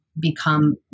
become